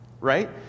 right